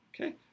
okay